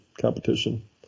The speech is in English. competition